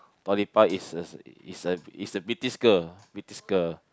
Dua-Lipa is a is a is a British girl British girl